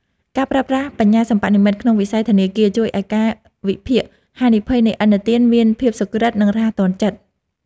ការប្រើប្រាស់បញ្ញាសិប្បនិម្មិតក្នុងវិស័យធនាគារជួយឱ្យការវិភាគហានិភ័យនៃឥណទានមានភាពសុក្រឹតនិងរហ័សទាន់ចិត្ត។